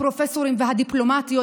הפרופסורים והדיפלומטיות.